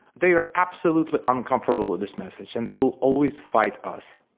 they are absolutely uncomfortable with this message and they will always fight us.